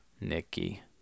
Nikki